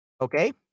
Okay